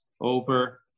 Over